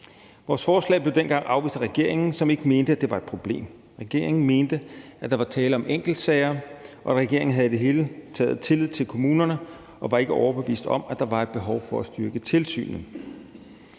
Vores forslag blev dengang afvist af regeringen, som ikke mente, det var et problem. Regeringen mente, at der var tale om enkeltsager, og regeringen havde i det hele taget tillid til kommunerne og var ikke overbevist om, at der var et behov for at styrke tilsynet.